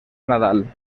nadal